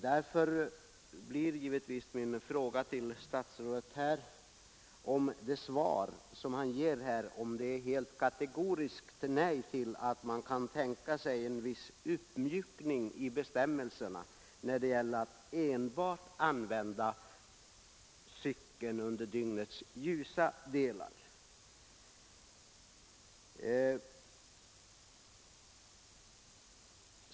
Därför blir givetvis min fråga till statsrådet, om det svar som han ger innebär ett kategoriskt nej till vad avser frågan om man kan tänka sig en viss uppmjukning i bestämmelserna när det gäller att enbart använda cykeln under dygnets ljusa delar.